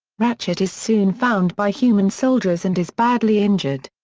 ratchet is soon found by human soldiers and is badly injured.